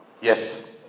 Yes